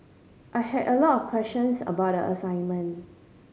I had a lot of questions about the assignment